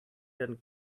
then